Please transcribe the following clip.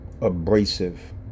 abrasive